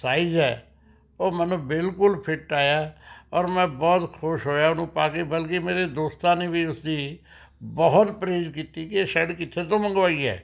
size ਹੈ ਉਹ ਮੈਨੂੰ ਬਿਲਕੁਲ ਫਿੱਟ ਆਇਆ ਔਰ ਮੈਂ ਬਹੁਤ ਖੁਸ਼ ਹੋਇਆ ਉਹਨੂੰ ਪਾ ਕੇ ਬਲਕਿ ਮੇਰੇ ਦੋਸਤਾਂ ਨੇ ਵੀ ਉਸ ਦੀ ਬਹੁਤ ਤਾਰੀਫ ਕੀਤੀ ਕਿ ਇਹ ਸ਼ਰਟ ਕਿੱਥੋਂ ਤੋਂ ਮੰਗਵਾਈ ਹੈ